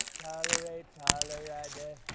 tolerate. toler-ah-deh.